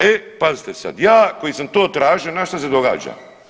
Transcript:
E pazite sad, ja koji sam to tražio naš šta se događa?